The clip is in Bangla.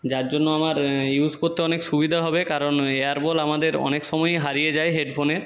যার জন্য আমার ইউজ করতে অনেক সুবিধা হবে কারণ এয়ার বল আমাদের অনেক সময়ই হারিয়ে যায় হেডফোনের